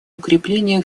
укреплению